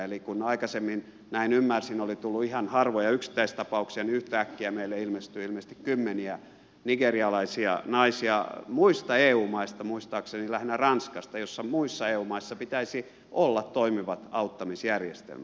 eli kun aikaisemmin näin ymmärsin oli tullut ihan harvoja yksittäistapauksia niin yhtäkkiä meille ilmestyi ilmeisesti kymmeniä nigerialaisia naisia muista eu maista muistaakseni lähinnä ranskasta joissa pitäisi olla toimivat auttamisjärjestelmät